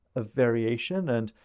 a variation. and,